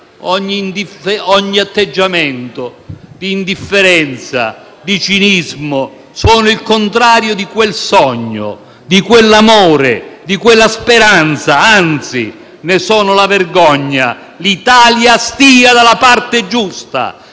Ogni atteggiamento di indifferenza e di cinismo è il contrario di quel sogno, di quell'amore, di quella speranza; anzi, ne è la vergogna. L'Italia stia dalla parte giusta;